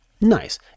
nice